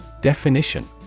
Definition